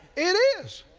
it is.